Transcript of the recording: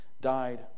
died